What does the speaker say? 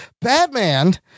Batman